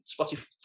Spotify